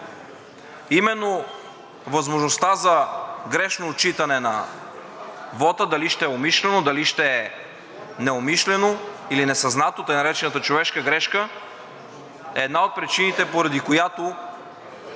Именно възможността за грешно отчитане на вота – дали ще е умишлено, дали ще е неумишлено, или несъзнато, тъй наречената човешка грешка, е една от причините, поради която